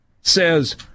says